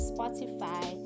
Spotify